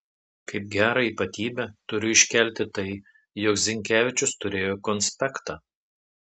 kaip gerą ypatybę turiu iškelti tai jog zinkevičius turėjo konspektą